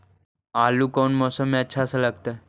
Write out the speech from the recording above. आलू कौन मौसम में अच्छा से लगतैई?